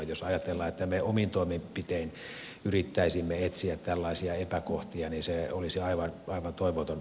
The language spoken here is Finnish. jos ajatellaan että me omin toimenpitein yrittäisimme etsiä tällaisia epäkohtia niin se olisi aivan toivoton tehtävä